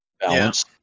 balance